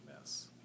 miss